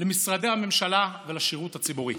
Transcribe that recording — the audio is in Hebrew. למשרדי הממשלה ולשירות הציבורי.